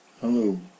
Hello